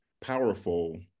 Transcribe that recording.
powerful